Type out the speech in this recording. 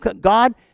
God